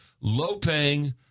low-paying